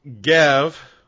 Gav